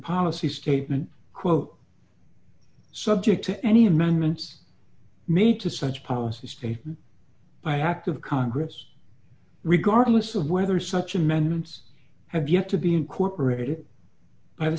statement quote subject to any amendments made to such policy statement by act of congress regardless of whether such amendments have yet to be incorporated by the